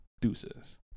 deuces